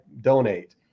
donate